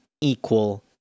equal